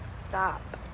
stop